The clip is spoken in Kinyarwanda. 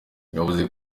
yavuze